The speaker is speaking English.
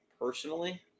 personally